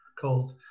called